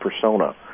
persona